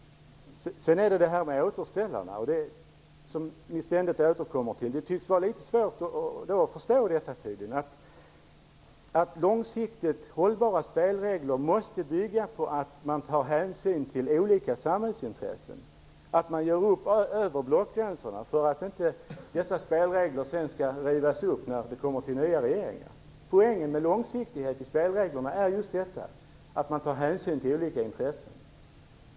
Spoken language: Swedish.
Ni återkommer ständigt till återställarna. Ni tycks ha litet svårt att förstå detta. Långsiktigt hållbara spelregler måste bygga på att man tar hänsyn till olika samhällsintressen och att man gör upp över blockgränserna för att dessa spelregler inte skall rivas när det kommer en ny regering. Poängen med långsiktighet i spelreglerna är just att man tar hänsyn till olika intressen.